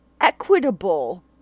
equitable